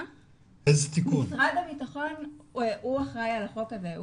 משרד הבטחון אחראי על החוק הזה.